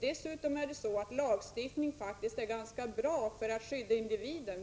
Dessutom är faktiskt lagstiftning ganska bra för att skydda individen.